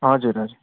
हजुर हजुर